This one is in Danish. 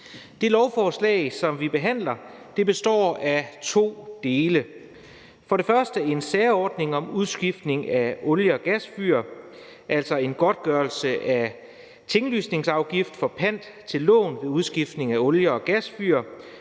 Det lovforslag, som vi behandler, består af to dele. Den ene er en særordning om udskiftning af olie- og gasfyr, altså en godtgørelse af tinglysningsafgift for pant tinglyst til sikkerhed for lån ved udskiftning af olie- og gasfyr;